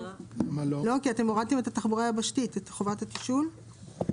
כי הורדתם את התחבורה היבשתית לגבי חובת התשאול,